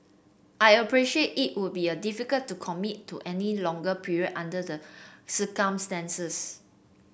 I appreciate it would be a difficult to commit to any longer period under the circumstances